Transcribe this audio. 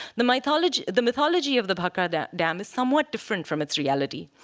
the mythology the mythology of the bhakra dam dam is somewhat different from its reality.